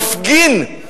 מפגין.